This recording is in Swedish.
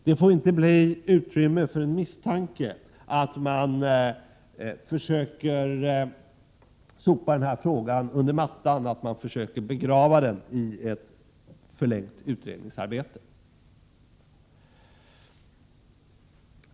Det får inte bli utrymme för någon misstanke om att man försöker sopa den här frågan under mattan, att man försöker begrava den i ett förlängt utredningsarbete.